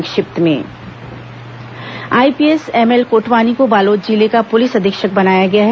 संक्षिप्त समाचार IPS ML Kotwani को बालोद जिले का पुलिस अधीक्षक बनाया गया है